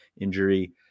injury